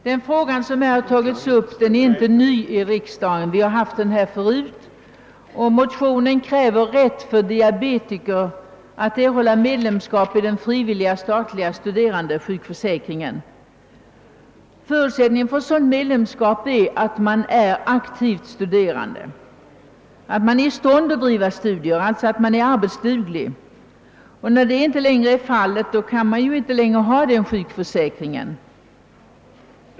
Herr talman! Den fråga som har tagits upp i motionen II: 1003 är inte ny för riksdagen; vi har haft den här förut. I motionen krävs rätt för diabetiker att erhålla medlemskap i den frivilliga statliga studerandesjukförsäkringen. Förutsättningen för sådant medlemskap är att man är aktiv studerande, att man är i stånd att bedriva studier, att man alltså är arbetsduglig. När det inte längre är fallet kan man ju inte vidare ha denna sjukförsäkring.